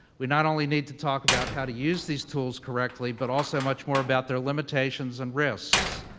we not only need to talk about how to use these tools correctly, but also much more about their limitations and risks.